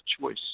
choice